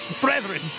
brethren